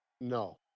No